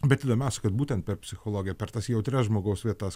bet įdomiausia kad būtent per psichologiją per tas jautrias žmogaus vietas